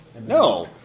No